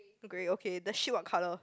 grey okay the shit what colour